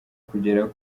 kugera